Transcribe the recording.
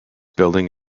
building